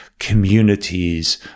communities